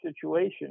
situation